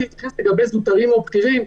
התבקשתי להתייחס לגבי זוטרים או בכירים.